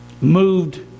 moved